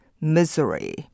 misery